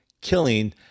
killing